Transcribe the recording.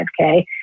5K